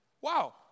Wow